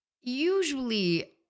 Usually